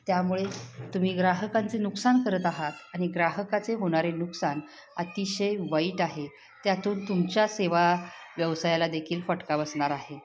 त्यामुळे तुम्ही ग्राहकांचे नुकसान करत आहात आणि ग्राहकाचे होणारे नुकसान अतिशय वाईट आहे त्यातून तुमच्या सेवा व्यवसायाला देखील फटका बसणार आहे